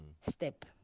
step